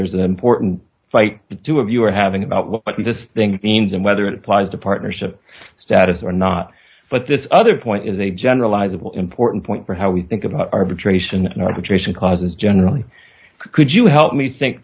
there's an important fight the two of you are having about what this thing means and whether it applies to partnership status or not but this other point is a generalizable important point for how we think about arbitration arbitration clauses generally could you help me think